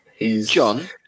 John